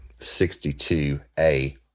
62A